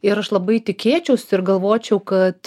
ir aš labai tikėčiaus ir galvočiau kad